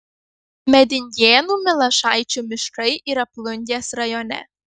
medingėnų milašaičių miškai yra plungės rajone